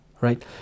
Right